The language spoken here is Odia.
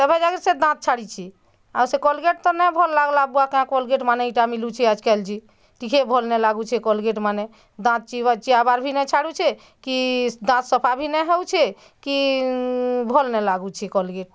ତେଭେ ଯାଇକରି ସେ ଦାନ୍ତ ଛାଡ଼ିଛେ ଆଉ ସେ କୋଲଗେଟ୍ ତ ନାଇଁ ଭଲ୍ ଲାଗ୍ଲା ବୁଆ କାଏଁ କୋଲଗେଟ୍ ମାନେ ଇଟା ମିଲୁଛେ ଆଏଜ କାଲ୍ ଯେ ଟିକେ ଭଲ୍ ନାଇଁ ଲାଗୁଛେ କୋଲଗେଟ୍ ମାନେ ଦାନ୍ତ ଚିଆଁବାର୍ ବି ନାଇଁ ଛାଡ଼ୁଛେ କି ଦାନ୍ତ ସଫା ବି ନାଇଁ ହଉଛେ କି ଭଲ୍ ନାଇଁ ଲାଗୁଛି କୋଲଗେଟ୍